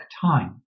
time